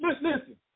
listen